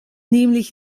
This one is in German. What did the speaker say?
nämlich